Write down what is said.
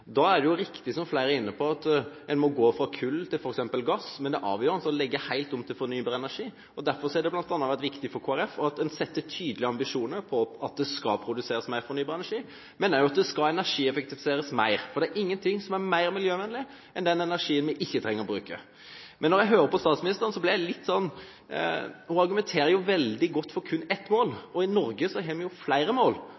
Da er det riktig, som flere har vært inne på, at en må gå fra kull til f.eks. gass, men det er avgjørende å legge helt om til fornybar energi. Derfor har det bl.a. vært viktig for Kristelig Folkeparti at en setter tydelige ambisjoner på at det skal produseres mer fornybar energi, men også at det skal energieffektiviseres mer. For det er ingenting som er mer miljøvennlig enn den energien vi ikke trenger å bruke. Når jeg hører på statsministeren, argumenterer hun veldig godt for kun ett mål. I Norge har vi jo flere mål – vi skal ha et mål for